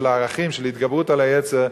ערכים של התגברות על היצר,